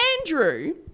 Andrew